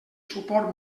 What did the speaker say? suport